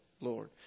Lord